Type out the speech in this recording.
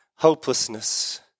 hopelessness